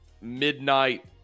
midnight